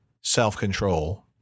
self-control